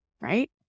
right